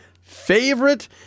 favorite